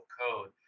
code